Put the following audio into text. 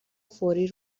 فوری